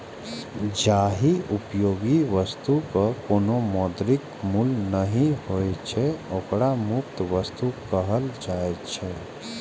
जाहि उपयोगी वस्तुक कोनो मौद्रिक मूल्य नहि होइ छै, ओकरा मुफ्त वस्तु कहल जाइ छै